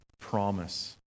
promise